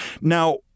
Now